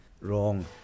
wrong